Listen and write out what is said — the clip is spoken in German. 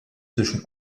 zwischen